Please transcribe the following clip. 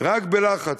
רק בלחץ.